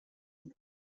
und